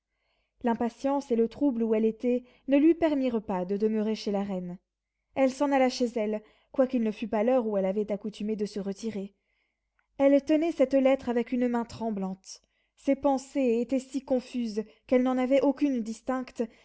l'impatience et le trouble où elle était ne lui permirent pas de demeurer chez la reine elle s'en alla chez elle quoiqu'il ne fût pas l'heure où elle avait accoutumé de se retirer elle tenait cette lettre avec une main tremblante ses pensées étaient si confuses qu'elle n'en avait aucune distincte